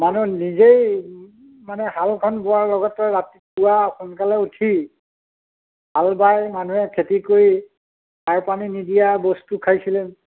মানুহ নিজেই মানে হালখন বোৱাৰ লগতে ৰাতিপুৱা সোনকালে উঠি হাল বায় মানুহে খেতি কৰি সাৰ পানী নিদিয়া বস্তু খাইছিলে